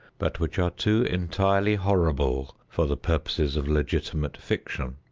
but which are too entirely horrible for the purposes of legitimate fiction.